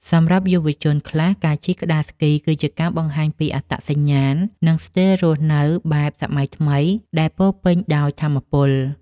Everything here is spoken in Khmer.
សម្រាប់យុវជនខ្លះ ការជិះក្ដារស្គីគឺជាការបង្ហាញពីអត្តសញ្ញាណ និងស្ទីលរស់នៅបែបសម័យថ្មីដែលពោរពេញដោយថាមពល។